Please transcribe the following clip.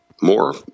more